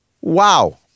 Wow